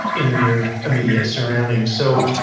in your immediate surroundings. so,